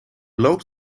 loopt